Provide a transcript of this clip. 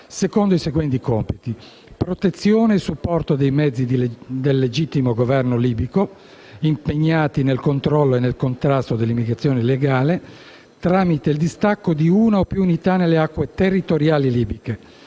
secondo i seguenti compiti: protezione e supporto dei mezzi del legittimo Governo libico impegnati nel controllo e nel contrasto dell'immigrazione illegale tramite il distacco di una o più unità nelle acque territoriali libiche;